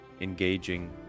engaging